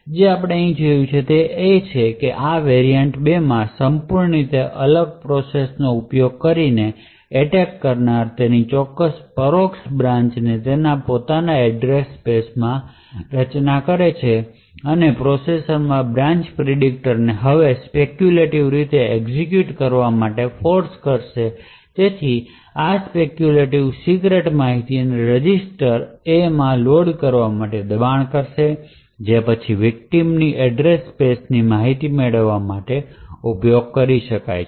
જે આપણે અહીં જોયું છે તે આ છે કે આ variant 2 માં સંપૂર્ણ રીતે અલગ પ્રોસેસ નો ઉપયોગ કરીને એટેક કરનાર તેની ચોક્કસ પરોક્ષ બ્રાન્ચને તેની પોતાના એડ્રેસ સ્પેસ માં રચના કરી શકે છે અને પ્રોસેસરમાં બ્રાન્ચ પ્રિડીકટરને હવે સ્પેક્યૂલેટિવ રીતે એક્ઝિક્યુટ કરવા માટે ફોર્સ કરશે તેથી આ સ્પેક્યૂલેટિવ સીક્રેટ માહિતીને રજિસ્ટર Aમાં લોડ કરવા દબાણ કરશે જે પછી વિકટીમ ની એડ્રેસ ની સ્પેસ ની માહિતી મેળવવા માટે ઉપયોગ કરી શકાય છે